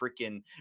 freaking